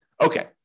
Okay